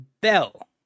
Bell